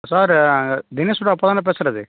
sir தினேஷோட அப்பா தானே பேசுகிறது